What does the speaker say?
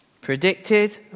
predicted